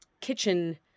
kitchen